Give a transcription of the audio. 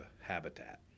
habitat